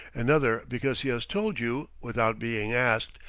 another because he has told you, without being asked,